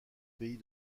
pays